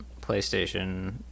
PlayStation